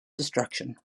destruction